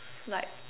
like